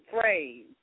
phrase